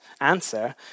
answer